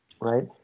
right